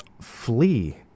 flee